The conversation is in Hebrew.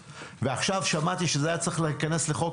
עכשיו שמעתי שזה היה צריך להיכנס לחוק